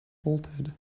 bolted